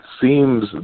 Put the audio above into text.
seems